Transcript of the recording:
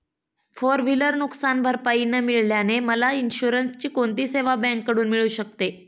Four wheeler नुकसानभरपाई न मिळाल्याने मला इन्शुरन्सची कोणती सेवा बँकेकडून मिळू शकते?